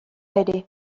ere